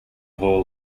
hall